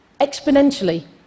exponentially